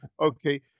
okay